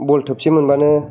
बल थोबसे मोनब्लानो